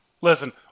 Listen